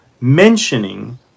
mentioning